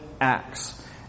Acts